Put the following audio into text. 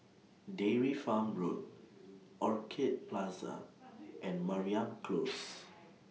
Dairy Farm Road Orchid Plaza and Mariam Close